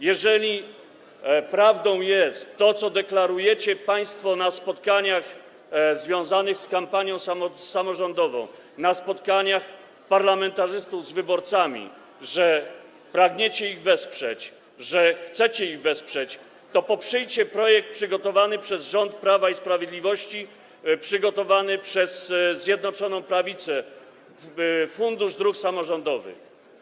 Jeżeli prawdą jest to, co deklarujecie państwo na spotkaniach związanych z kampanią samorządową, na spotkaniach parlamentarzystów z wyborcami, że pragniecie ich wesprzeć, że chcecie ich wesprzeć, to poprzyjcie projekt przygotowany przez rząd Prawa i Sprawiedliwości, przygotowany przez Zjednoczoną Prawicę, który dotyczy Funduszu Dróg Samorządowych.